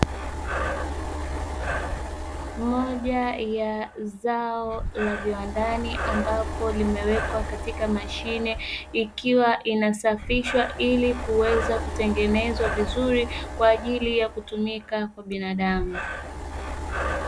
Moja ya zao la viwandani ambapo limewekwa katika mashine ikiwa inasafishwa, ili kuweza kutengenezwa vizuri kwaajili ya kutumika kwa binadamu.